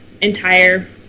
entire